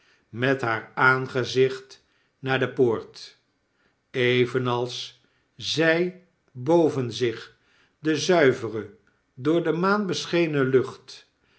met haar aangezicht naar de poort evenals zy boven zich de zuivere door de maan beschenen lucht